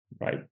right